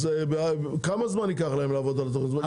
אז כמה זמן ייקח להם לעבוד על התוכנית הזאת?